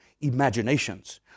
imaginations